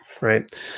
Right